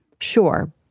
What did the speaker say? Sure